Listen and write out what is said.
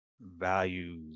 values